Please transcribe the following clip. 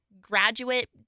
graduate